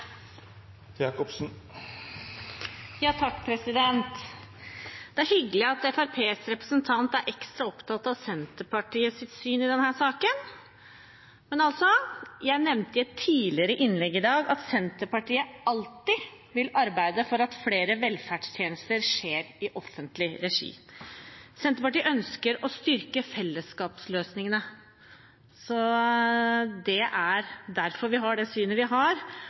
Det er hyggelig at Fremskrittspartiets representant er ekstra opptatt av Senterpartiets syn i denne saken, men jeg nevnte i et tidligere innlegg i dag at Senterpartiet alltid vil arbeide for at flere velferdstjenester skjer i offentlig regi. Senterpartiet ønsker å styrke fellesskapsløsningene. Det er derfor vi har det synet vi har.